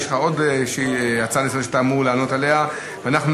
יש לך עוד איזושהי הצעה לסדר-היום שאתה אמור לענות עליה.